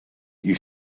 die